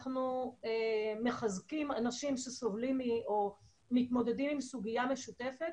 אנחנו מחזקים אנשים שסובלים או מתמודדים עם סוגיה משותפת